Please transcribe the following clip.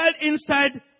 inside